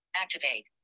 Activate